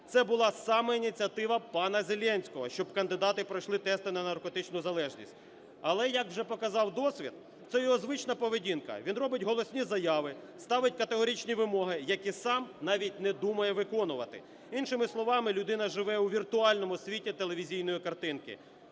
це була саме ініціатива пана Зеленського, щоб кандидати пройшли тести на наркотичну залежність. Але, як вже показав досвід, це його звична поведінка: він робить голосні заяви, ставить категоричні вимоги, які сам навіть не думає виконувати. Іншими словами, людина живе у віртуальному світі телевізійної картинки.